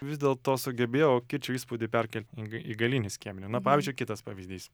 vis dėlto sugebėjau kičo įspūdį perkelt į ga į galinį skiemenį na pavyzdžiui kitas pavyzdys